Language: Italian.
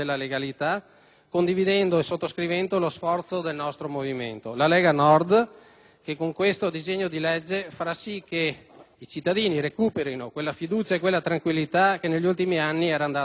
che con questo disegno di legge farà sì che i cittadini recuperino quella fiducia e quella tranquillità che negli ultimi anni era andata perduta. Agli amici di sinistra vorrei invece rivolgere un invito sentito e sincero